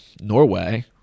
Norway